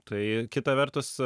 tai kita vertus